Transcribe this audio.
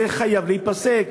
זה חייב להיפסק,